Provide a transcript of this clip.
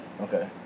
Okay